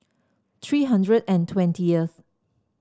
three hundred and twentieth